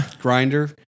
Grinder